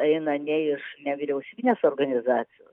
eina ne iš nevyriausybinės organizacijos